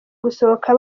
gusohoka